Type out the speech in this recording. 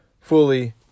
fully